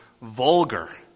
vulgar